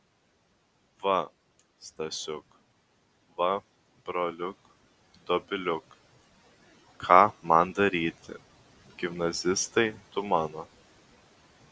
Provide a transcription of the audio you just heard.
va stasiuk va broliuk dobiliuk ką man daryti gimnazistai tu mano